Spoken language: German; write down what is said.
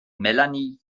melanie